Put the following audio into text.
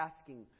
asking